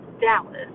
Dallas